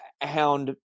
Hound